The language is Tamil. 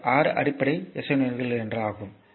இது 6 அடிப்படை எஸ்ஐ யூனிட்கள் என்று கூறுகிறது